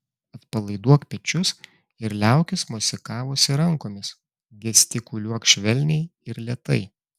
atpalaiduok pečius ir liaukis mosikavusi rankomis gestikuliuok švelniai ir lėtai